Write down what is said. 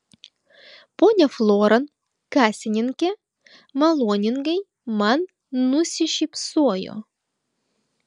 ponia floran kasininkė maloningai man nusišypsojo